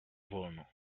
wolno